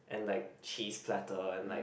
and like cheese platter and like